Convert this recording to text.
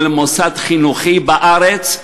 או למוסד חינוכי בארץ ובחוץ-לארץ,